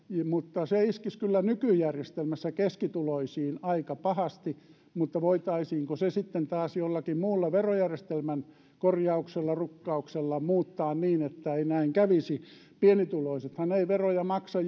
mutta se iskisi kyllä nykyjärjestelmässä keskituloisiin aika pahasti voitaisiinko se sitten taas jollakin muulla verojärjestelmän korjauksella rukkauksella muuttaa niin että ei näin kävisi kaikkein pienituloisimmathan eivät veroja maksa